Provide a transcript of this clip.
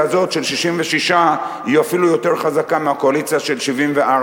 הזאת של 66 היא אפילו יותר חזקה מהקואליציה של 74,